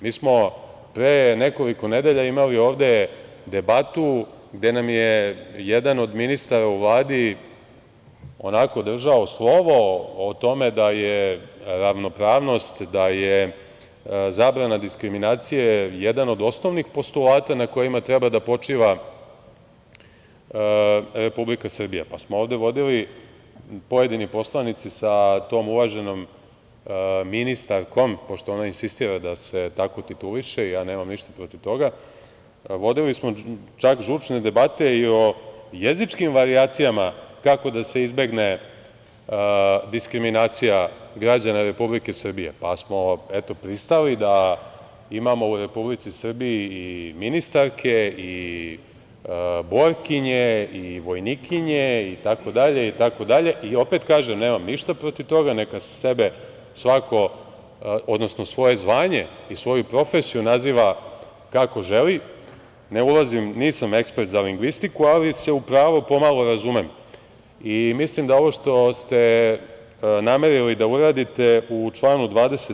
Mi smo pre nekoliko nedelja imali ovde debatu gde nam je jedan od ministara u Vladi onako držao slovo o tome da je ravnopravnost, da je zabrana diskriminacije jedan od osnovnih postulata na kojima treba da počiva Republika Srbija, pa smo ovde vodili pojedini poslanici sa tom uvaženom ministarkom, pošto ona insistira da se tako tituliše i ja nemam ništa protiv toga, vodili smo čak žučne debate i o jezičkim varijacijama kako da se izbegne diskriminacija građana Republike Srbije, pa smo, eto pristali da imamo u Republici Srbiji i ministarke i borkinje i vojnikinje itd. i opet kažem nemam ništa protiv neka sebe svako, odnosno svoje zvanje i svoju profesiju naziva kako želi, ne ulazim, nisam ekspert za lingvistiku, ali se u pravo po malo razumem i mislim da ovo što ste namerili da uradite u članu 20.